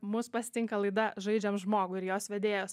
mus pasitinka laida žaidžiam žmogų ir jos vedėjas